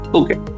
okay